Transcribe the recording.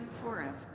forever